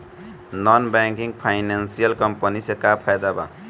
Non banking financial company से का फायदा बा?